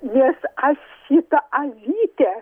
nes aš šitą avytę